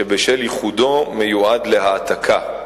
שבשל ייחודו מיועד להעתקה.